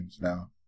now